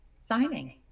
signing